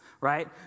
right